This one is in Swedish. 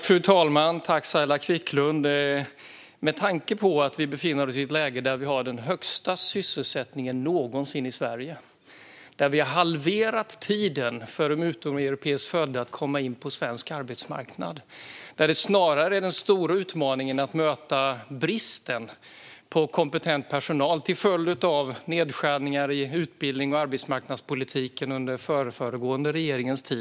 Fru talman! Tack för frågan, Saila Quicklund! Vi befinner oss i ett läge där vi har den högsta sysselsättningen någonsin i Sverige, där vi har halverat tiden för utomeuropeiskt födda att komma in på svensk arbetsmarknad och där den stora utmaningen snarare är att möta bristen på kompetent personal, till följd av nedskärningar i utbildnings och arbetsmarknadspolitiken under den förföregående regeringens tid.